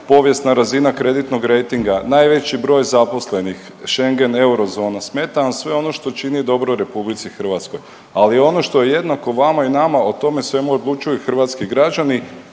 povijesna razina kreditnog rejtinga, najveći broj zaposlenih, Schengen, eurozona. Smeta vam sve ono što čini dobro Republici Hrvatskoj. Ali ono što je jednako vama i nama o tome svemu odlučuju hrvatski građani.